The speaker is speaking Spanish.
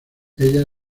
ella